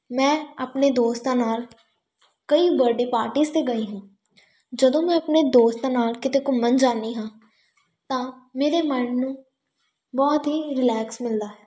ਮੈਂ ਆਪਣੇ ਦੋਸਤਾਂ ਨਾਲ ਕਈ ਬਰਡੇ ਪਾਰਟੀਸ 'ਤੇ ਗਈ ਹਾਂ ਜਦੋਂ ਮੈਂ ਆਪਣੇ ਦੋਸਤਾਂ ਨਾਲ ਕਿਤੇ ਘੁੰਮਣ ਜਾਂਦੀ ਹਾਂ ਤਾਂ ਮੇਰੇ ਮਨ ਨੂੰ ਬਹੁਤ ਹੀ ਰਿਲੈਕਸ ਮਿਲਦਾ ਹੈ